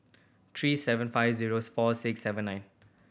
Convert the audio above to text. three seven five zero four six seven nine